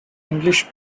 english